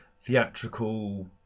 theatrical